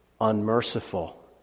unmerciful